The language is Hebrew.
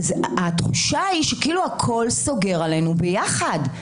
התחושה היא שכאילו הכול סוגר עלינו ביחד.